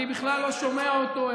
אני בכלל לא שומע אותו.